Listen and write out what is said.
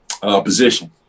position